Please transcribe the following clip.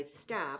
staff